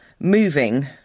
moving